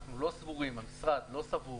אנחנו לא סבורים, המשרד לא סבור